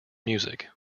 music